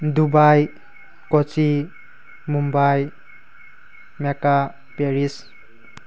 Dubai Kochi Mumbai Mecca Paris